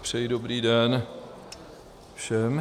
Přeji dobrý den všem.